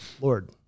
Lord